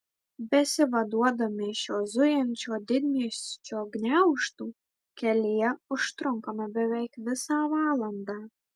besivaduodami iš šio zujančio didmiesčio gniaužtų kelyje užtrunkame beveik visą valandą